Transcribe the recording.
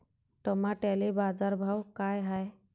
टमाट्याले बाजारभाव काय हाय?